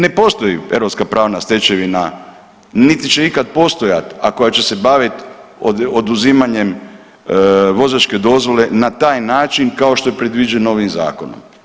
Ne postoji europska pravna stečevina niti će ikad postojati a koja će se bavit oduzimanjem vozačke dozvole na taj način kao što je predviđeno ovim zakonom.